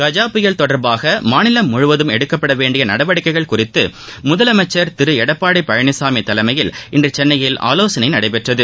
கஜா புயல் தொடர்பாக மாநிலம் முழுவதும் எடுக்கப்பட வேண்டிய நடவடிக்கைகள் குறித்து முதலமைச்ச் திரு எடப்பாடி பழனிசாமி தலைமையில் இன்று சென்னையில் ஆலோசனை நடைபெற்றது